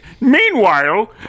Meanwhile